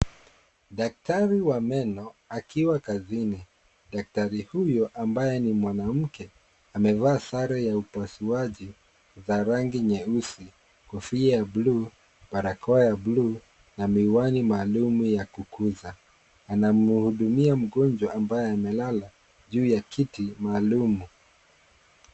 Daktari wa meno akiwa kazini. Daktari huyo ambaye ni mwanamke. Amevaa sare ya upasuaji za rangi nyeusi, kofia ya bluu barakoa ya bluu na miwani maalum ya kukuza. Anamhudumia mgonjwa ambaye amelala juu ya kiti maalumu.